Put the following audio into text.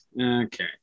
Okay